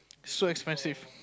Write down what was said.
so expensive